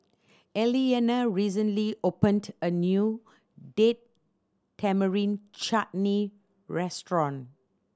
Elliana recently opened a new Date Tamarind Chutney restaurant